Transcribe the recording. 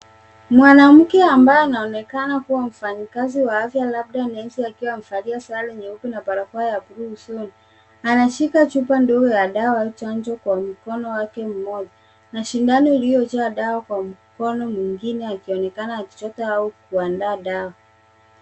Mwanamke ambaye anaonekana kuwa mfanyakazi wa afya labda nesi akiwa amevalia sare nyeusi na barakoa ya bluu usoni. Anashika chupa ndogo ya dawa au chanjo katika mkono wake mmoja na sindano iliyojaa dawa kwa mkono mwingine akionekana akichota au kuandaa dawa.